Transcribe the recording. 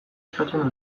eskatzen